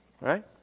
Right